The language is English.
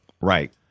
Right